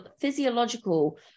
physiological